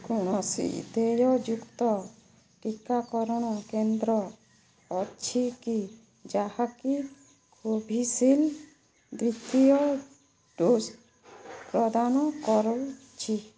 କୌଣସି ଦେୟଯୁକ୍ତ ଟିକାକରଣ କେନ୍ଦ୍ର ଅଛି କି ଯାହାକି କୋଭିଶିଲ୍ ଦ୍ୱିତୀୟ ଡୋଜ୍ ପ୍ରଦାନ କରୁଛି